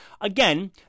Again